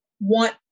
want